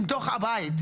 מתוך הבית,